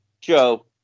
Joe